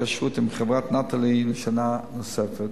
ההתקשרות עם חברת "נטלי" לשנה נוספת,